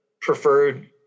preferred